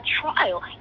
trial